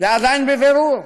זה עדיין בבירור.